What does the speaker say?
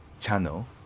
channel